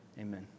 Amen